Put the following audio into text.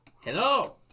Hello